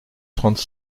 trente